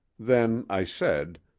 then i said,